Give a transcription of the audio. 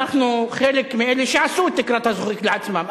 אנחנו חלק מאלה שעשו את תקרת הזכוכית לעצמם,